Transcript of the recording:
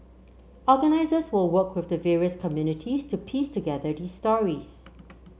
organisers will work with the various communities to piece together these stories